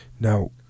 Now